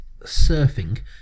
surfing